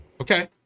Okay